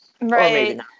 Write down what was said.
Right